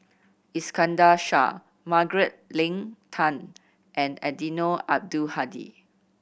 Iskandar Shah Margaret Leng Tan and Eddino Abdul Hadi